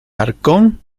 arcón